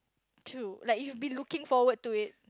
true like you've been looking forward to it